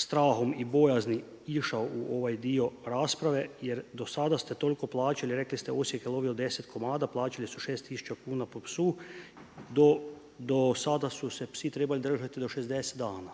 strahom i bojaznima išao u ovaj dio rasprave, jer do sada ste toliko plaćali i rekli ste Osijek je lovio 10 komada, plaćali su 6000 kuna po psu. Do sada su se psi trebali držati do 60 dana.